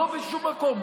לא בשום מקום.